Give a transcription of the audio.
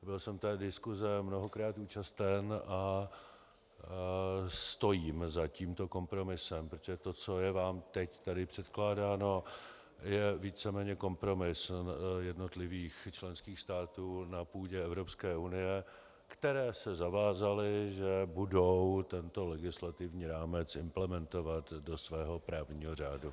Byl jsem té diskuse mnohokrát účasten a stojím za tímto kompromisem, protože to, co je vám teď tady předkládáno, je víceméně kompromis jednotlivých členských států na půdě Evropské unie, které se zavázaly, že budou tento legislativní rámec implementovat do svého právního řádu.